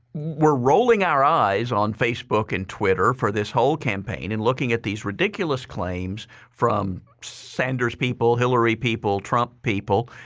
we're rolling our eyes on facebook and twitter for this whole campaign and looking at these ridiculous claims from sanders people, hillary people, trump people,